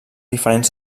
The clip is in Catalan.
diferents